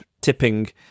tipping